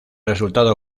resultado